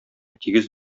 тигез